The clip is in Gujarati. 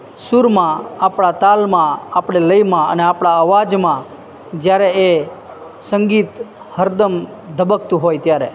સૂરમાં આપણા તાલમાં આપણે લયમાં અને આપણા અવાજમાં જ્યારે એ સંગીત હરદમ ધબકતું હોય ત્યારે